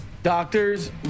Doctors